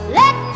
let